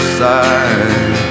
side